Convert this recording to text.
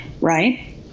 Right